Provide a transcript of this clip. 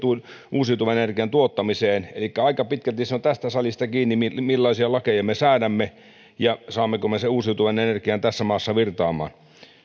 uusiutuvan energian tuottamiseen elikkä aika pitkälti on tästä salista kiinni millaisia lakeja me säädämme ja saammeko me sen uusiutuvan energian tässä maassa virtaamaan